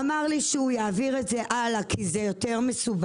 ואמר לי שיעביר את זה הלאה כי זה יותר מסובך,